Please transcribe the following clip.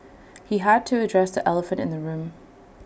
he had to address the elephant in the room